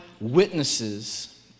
witnesses